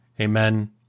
Amen